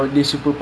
mm